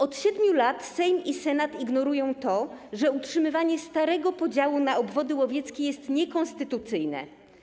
Od 7 lat Sejm i Senat ignorują to, że utrzymywanie starego podziału na obwody łowieckie jest niekonstytucyjne.